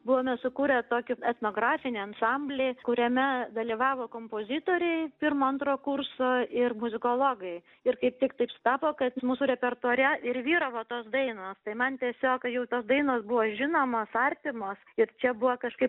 buvome sukūrę tokį etnografinį ansamblį kuriame dalyvavo kompozitoriai pirmo antro kurso ir muzikologai ir kaip tik taip sutapo kad mūsų repertuare ir vyravo tos dainos tai man tiesiog jau tos dainos buvo žinomos artimos ir čia buvo kažkaip